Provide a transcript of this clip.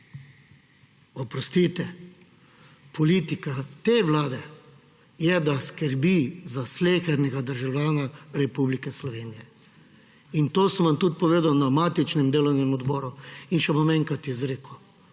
Oprostite, politika te vlade je, da skrbi za slehernega državljana Republike Slovenije. In to sem vam tudi povedal na matičnem delovnem odboru in bom še enkrat izrekel.